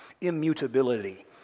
immutability